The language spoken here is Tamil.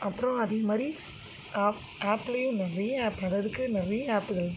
அப்புறம் அதேமாதிரி ஆப் ஆப்லையும் நிறைய ஆப் அததுக்கு நிறைய ஆப்புகள்